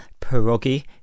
pierogi